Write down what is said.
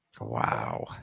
Wow